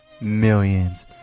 Millions